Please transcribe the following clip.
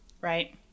Right